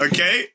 Okay